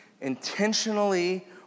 intentionally